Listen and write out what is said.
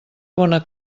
bona